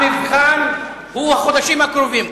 אמרתם שהמבחן הוא החודשים הקרובים.